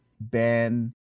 Ben